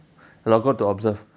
ya lor got to observe